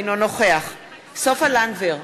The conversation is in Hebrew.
אינו נוכח סופה לנדבר,